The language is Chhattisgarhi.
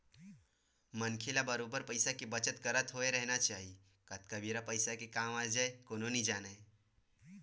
मनखे ल बरोबर पइसा के बचत करत होय रहिना चाही कतका बेर पइसा के काय काम आ जाही कोनो नइ जानय